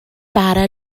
bara